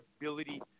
ability